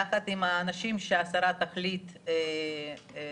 יחד עם האנשים שהשרה תחליט להציב,